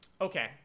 Okay